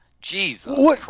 jesus